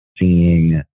seeing